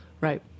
Right